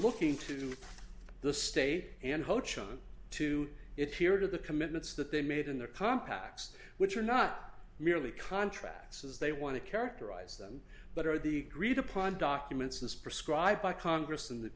looking to the state and hope to it here to the commitments that they made in their compacts which are not merely contracts as they want to characterize them but are the greed upon documents as prescribed by congress and the